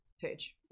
page